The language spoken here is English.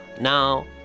Now